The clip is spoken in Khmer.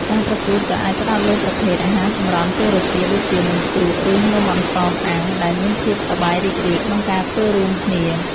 ការប្រកួតក៏អាចផ្ដោតលើប្រភេទ អាហារសម្រន់ពេលរសៀល ដូចជា នំគ្រក់ ឬនំអន្សមអាំង ដែលមានភាពសប្បាយរីករាយក្នុងការធ្វើរួមគ្នា។